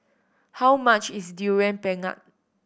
how much is Durian Pengat